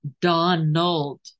Donald